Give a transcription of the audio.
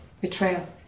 betrayal